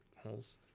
holes